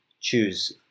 choose